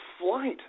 flight